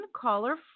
caller